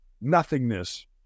nothingness